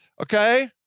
okay